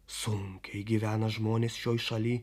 sunkiai gyvena žmonės šioj šaly